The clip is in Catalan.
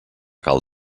cal